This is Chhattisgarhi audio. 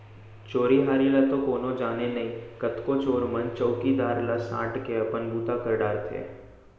चोरी हारी ल तो कोनो जाने नई, कतको चोर मन चउकीदार ला सांट के अपन बूता कर डारथें